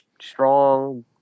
strong